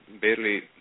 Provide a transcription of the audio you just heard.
barely